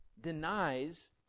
denies